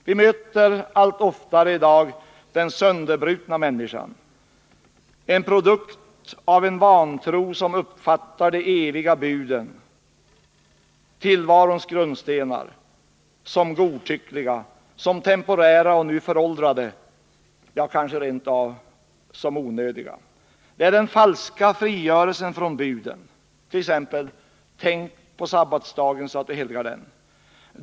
Vi möter allt oftare i dag den sönderbrutna människan, en produkt av en vantro som uppfattar de eviga buden, tillvarons grundstenar, som godtyckliga, som temporära och nu föråldrade — ja, kanske rent av som onödiga. Det är den falska frigörelsen från buden, t.ex. från budet: Tänk på sabbatsdagen så att du helgar den.